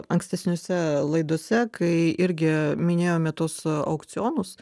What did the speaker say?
ankstesniose laidose kai irgi minėjome tuos aukcionus